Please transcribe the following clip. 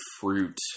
fruit